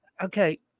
Okay